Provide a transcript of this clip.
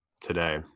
today